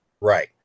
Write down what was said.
Right